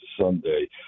Sunday